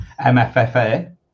mffa